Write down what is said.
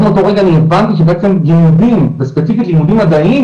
ואז באותו רגע אני הבנתי שלימודים וספציפית לימודים מדעיים